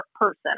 person